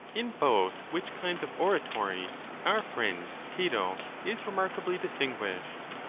in both which kinds of oratory our friend cato is remarkably distinguished.